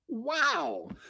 Wow